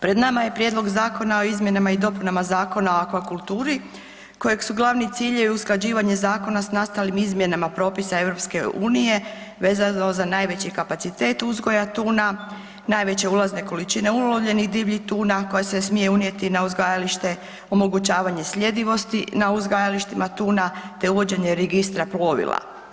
Pred nama je Prijedlog zakona o izmjenama i dopunama Zakona o akvakulturi kojeg su glavni ciljevi usklađivanje zakona s nastalim izmjenama propisa EU vezano za najveći kapacitet uzgoja tuna, najveće ulazne količine ulovljenih divljih tuna koja se smije unijeti na uzgajalište, omogućavanje sljedivosti na uzgajalištima tuna te uvođenje registra plovila.